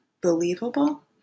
believable